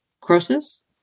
Croesus